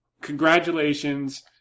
congratulations